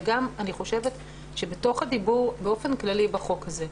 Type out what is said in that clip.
וגם בתוך הדיבור באופן כללי בחוק הזה,